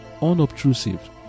unobtrusive